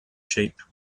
sheep